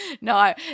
no